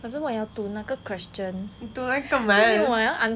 可是我要读那个 question